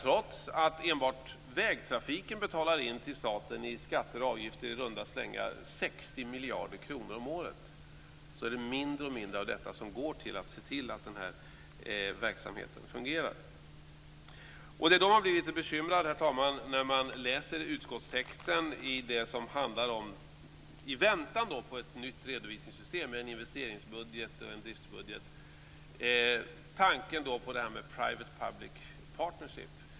Trots att enbart vägtrafiken i skatter och avgifter betalar in till staten i runda slängar 60 miljarder om året blir det mindre och mindre här som går till att se till att verksamheten fungerar. Herr talman! Jag blir lite bekymrad när jag läser utskottstexten om - i väntan på ett nytt redovisningssystem, en investeringsbudget och en driftsbudget - tanken på det här med Public Private Partnership.